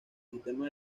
sistema